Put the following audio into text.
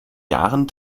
jahren